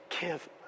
give